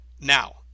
Now